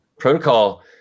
Protocol